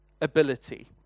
ability